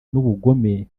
n’ubugome